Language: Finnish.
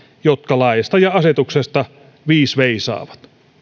jotka laeista ja asetuksista viis veisaavat